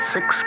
Six